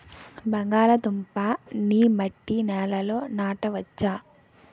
బంగాళదుంప నీ మట్టి నేలల్లో నాట వచ్చా?